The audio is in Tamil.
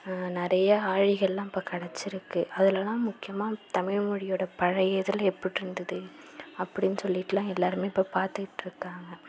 நிறைய ஆழிகள்லாம் இப்போ கடைச்சியிருக்கு அதுலலாம் முக்கியமாக தமிழ் மொழியோட பழைய இதில் எப்படி இருந்துது அப்படினு சொல்லிட்டுலாம் எல்லாருமே இப்போ பார்த்துட்டு இருக்காங்க